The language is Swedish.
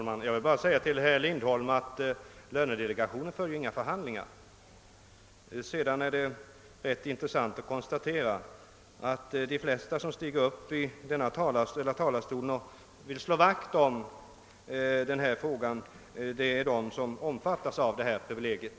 Herr talman! Till herr Lindholm vill jag bara säga att riksdagens lönedelegation ju inte för några förhandlingar. Sedan är det ganska intressant att konstatera att de flesta av dem som stiger upp i denna talarstol för att slå vakt om den löneförmån det här gäller själva åtnjuter detta privilegium.